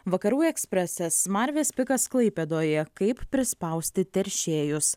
vakarų ekspresas smarvės pikas klaipėdoje kaip prispausti teršėjus